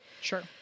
Sure